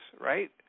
right